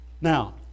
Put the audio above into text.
Now